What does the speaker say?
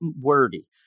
wordy